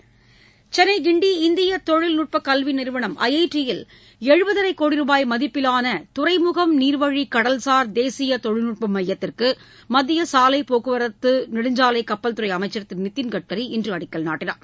முன்னதாக சென்னை கிண்டி இந்திய தொழில்நுட்ப கல்வி நிறுவனம் ஐஐடியில் எழுபதரை கோடி ரூபாய் மதிப்பிலான துறைமுகம் நீர்வழி கடல்சார் தேசிய தொழில்நுட்ப மையத்திற்கு மத்திய சாலை போக்குவரத்து நெடுஞ்சாலை கப்பல் துறை அமைச்சர் திரு நிதின் கட்கரி இன்று அடிக்கல் நாட்டினார்